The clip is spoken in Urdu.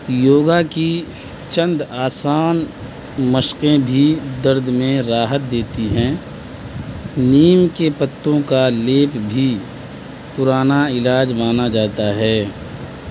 یوگا کی چند آسان مشقیں بھی درد میں راحت دیتی ہیں نیم کے پتوں کا لیپ بھی پرانا علاج مانا جاتا ہے